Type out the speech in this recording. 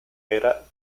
era